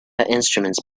instruments